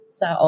sa